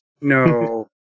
No